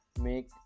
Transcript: make